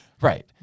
Right